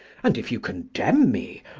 and if you condemn me,